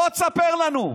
בוא תספר לנו,